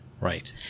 Right